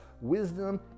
Wisdom